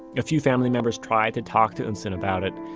a few family members tried to talk to eunsoon about it,